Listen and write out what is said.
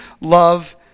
love